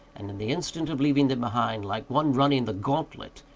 and in the instant of leaving them behind, like one running the gauntlet,